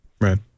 Right